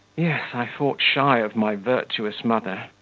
yes! i fought shy of my virtuous mother,